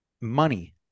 money